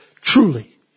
truly